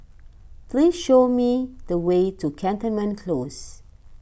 please show me the way to Cantonment Close